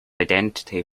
identity